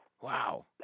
Wow